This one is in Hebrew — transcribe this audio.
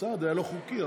הצעד היה לא חוקי,